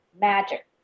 magic